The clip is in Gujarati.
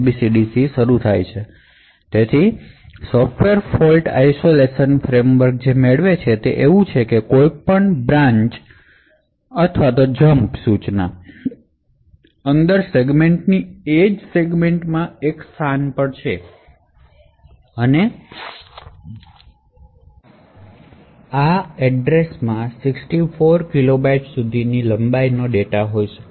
હવે જો આપણે આ પ્રાપ્ત કરવામાં સક્ષમ છીએ અને દરેક બ્રાન્ચ કોલ અથવા જમ્પ ઇન્સટ્રકશનને પ્રતિબંધિત કરવા તેમજ 0Xabcd થી શરૂ થતા સ્થાનો પરની દરેક મેમરી એક્સેસને નિયંત્રિત કરી શકીએ છીએ તો આપણે 0Xabcd0000 થી શરૂ થનારા સ્થાનો સુધી આ સેગમેન્ટમાં ઇન્સટ્રકશનશ મર્યાદિત કરી શકીએ જે આ સરનામાં 0Xabcd0000થી શરૂ થઈ અને 64 કિલોબાઇટ સુધી છે